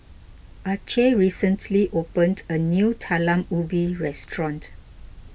Acey recently opened a new Talam Ubi restaurant